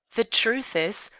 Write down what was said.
the truth is,